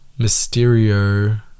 Mysterio